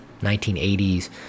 1980s